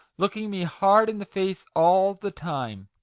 looking me hard in the face all the time.